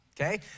okay